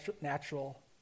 natural